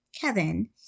kevin